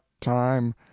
time